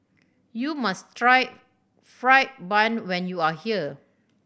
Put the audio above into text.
you must try fried bun when you are here